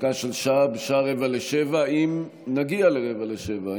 הפסקה של שעה בשעה 18:45, אם נגיע ל-18:45.